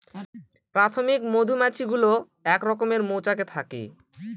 প্রাথমিক মধুমাছি গুলো এক রকমের মৌচাকে থাকে